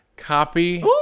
Copy